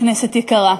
כנסת יקרה,